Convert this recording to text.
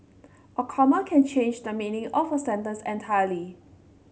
a comma can change the meaning of a sentence entirely